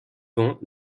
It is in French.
vent